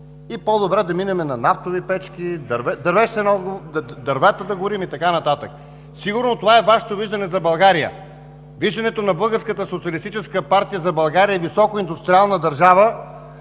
По-добре да минем на нафтови печки, дърва да горим и така нататък. Сигурно това е Вашето виждане за България. Виждането на Българската социалистическа партия за България е високо индустриална държава,